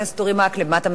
ועדה.